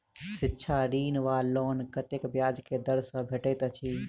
शिक्षा ऋण वा लोन कतेक ब्याज केँ दर सँ भेटैत अछि?